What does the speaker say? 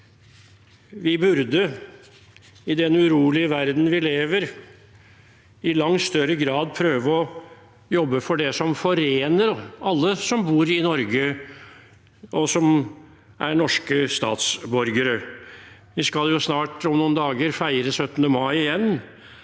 vel også, i den urolige verden vi lever i, i langt større grad prøve å jobbe for det som forener alle som bor i Norge, og som er norske statsborgere. Vi skal om noen dager feire 17. mai igjen,